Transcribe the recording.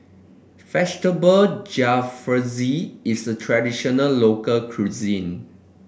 Vegetable Jalfrezi is a traditional local cuisine